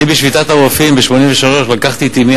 אני בשביתת הרופאים ב-1983 לקחתי את אמי,